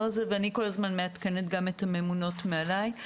הזה ואני כל הזמן מעדכנת גם את הממונות עליי.